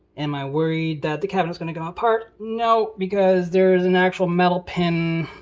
am i worried that the cabinet's gonna come apart? no. because there is an actual metal pin